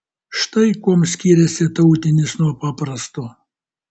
štai kuom skiriasi tautinis nuo paprasto